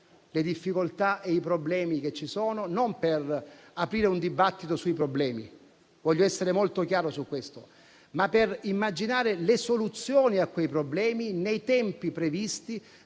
le difficoltà e i problemi esistenti, non per aprire un dibattito sui problemi - voglio essere molto chiaro su questo - ma per immaginare le soluzioni nei tempi previsti